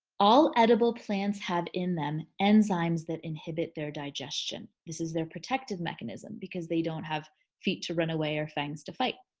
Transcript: all edible plants have in them enzymes that inhibit their digestion. this is their protective mechanism because they don't have feet to run away or fangs to fight.